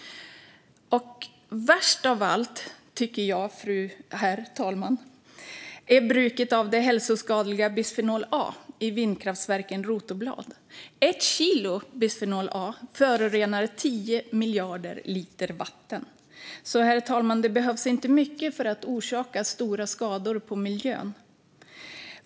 Värst av allt, tycker jag, herr talman, är bruket av det hälsoskadliga bisfenol A i vindkraftverkens rotorblad. Ett kilo bisfenol A förorenar 10 miljarder liter vatten. Det behövs alltså inte mycket, herr talman, för att orsaka stora skador på miljön.